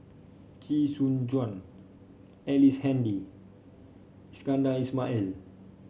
Chee Soon Juan Ellice Handy Iskandar Ismail